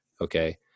okay